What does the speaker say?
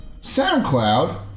SoundCloud